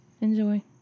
Enjoy